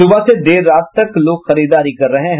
सुबह से देर रात तक लोग खरीददारी कर रहे हैं